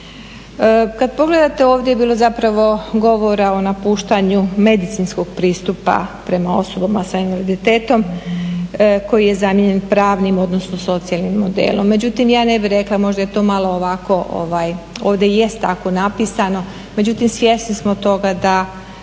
Kada pogledate ovdje je bilo govora o napuštanju medicinskog pristupa prema osobama s invaliditetom koji je zamijenjen pravnim odnosno socijalnim modelom. Međutim ja ne bih rekla možda je to malo ovako, ovdje jest tako napisano, međutim svjesni smo toga da